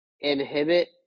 inhibit